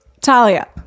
Talia